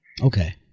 Okay